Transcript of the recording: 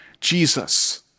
Jesus